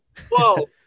Whoa